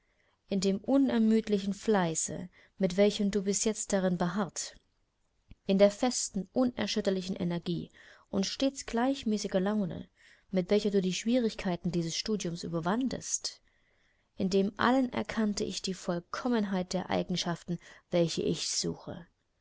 in dem unermüdlichen fleiße mit welchem du bis jetzt darin beharrt in der festen unerschütterlichen energie und stets gleichmäßigen laune mit welcher du die schwierigkeiten dieses studiums überwandest in dem allen erkannte ich die vollkommenheit der eigenschaften welche ich suche